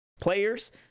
players